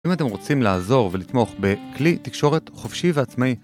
אם אתם רוצים לעזור ולתמוך בכלי תקשורת חופשי ועצמאי